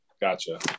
gotcha